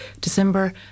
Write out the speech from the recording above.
December